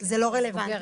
בנות.